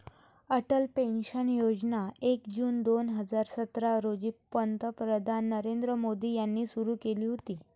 Atal pension Yojana एक जून दोन हजार सतरा रोजी पंतप्रधान नरेंद्र मोदी यांनी सुरू केली होती